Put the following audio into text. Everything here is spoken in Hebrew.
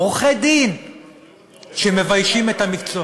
עורכי-דין שמביישים את המקצוע.